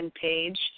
page